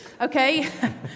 Okay